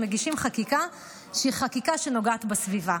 מגישים חקיקה שהיא חקיקה שנוגעת בסביבה.